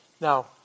Now